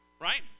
Right